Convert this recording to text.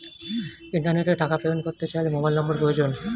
ইন্টারনেটে টাকা পেমেন্ট করতে চাইলে মোবাইল নম্বর প্রয়োজন